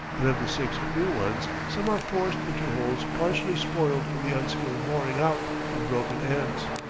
and of the six new ones some are forced into holes partially spoiled in the unskillful boring out of broken ends.